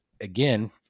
again